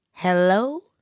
Hello